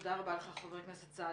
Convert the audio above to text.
תודה רבה לך חבר הכנסת סעדי.